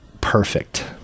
perfect